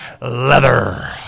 leather